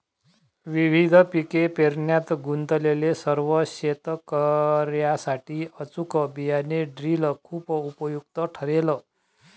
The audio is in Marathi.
विविध पिके पेरण्यात गुंतलेल्या सर्व शेतकर्यांसाठी अचूक बियाणे ड्रिल खूप उपयुक्त ठरेल